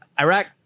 Iraq